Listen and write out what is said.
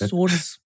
Source